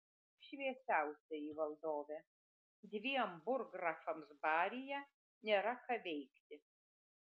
šviesiausioji valdove dviem burggrafams baryje nėra ką veikti